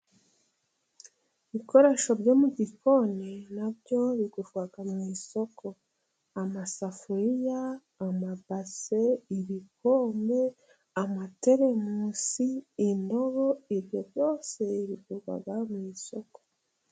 Ibikoresho byo mu gikoni na byo bigurwa mu isoko amasafuriya, amabase, ibikombe ,amateremunsi, indobo, ibyo byose bigurwa mu isoko.